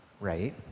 right